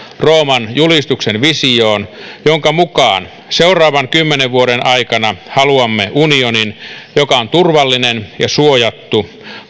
rooman julistuksen visioon jonka mukaan seuraavan kymmenen vuoden aikana haluamme unionin joka on turvallinen ja suojattu